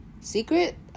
secret